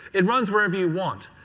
it runs wherever you want.